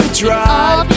drive